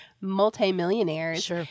multimillionaires